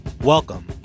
welcome